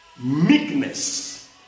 meekness